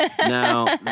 Now